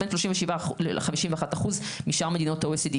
בין 37% ל-51% משאר מדינות ה-OECD.